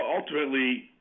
ultimately